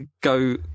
go